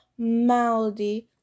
Maldi